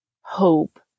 hope